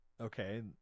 okay